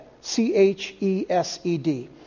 C-H-E-S-E-D